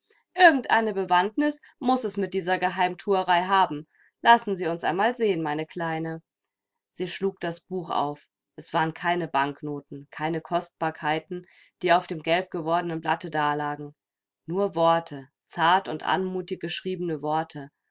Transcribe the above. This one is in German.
eine bewandtnis muß es mit dieser geheimthuerei haben lassen sie uns einmal sehen meine kleine sie schlug das buch auf es waren keine banknoten keine kostbarkeiten die auf dem gelb gewordenen blatte dalagen nur worte zart und anmutig geschriebene worte